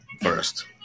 first